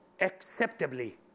acceptably